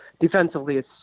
defensively